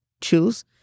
choose